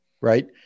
right